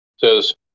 says